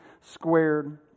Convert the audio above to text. squared